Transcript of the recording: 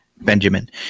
Benjamin